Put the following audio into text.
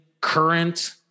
current